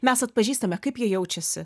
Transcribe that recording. mes atpažįstame kaip jie jaučiasi